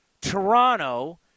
Toronto